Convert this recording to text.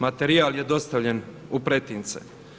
Materijal je dostavljen u pretince.